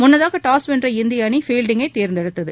முன்னதாக டாஸ் வென்ற இந்திய அணி ஃபீவ்டிங்கை தோ்ந்தெடுத்தது